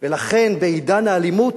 ולכן, בעידן האלימות,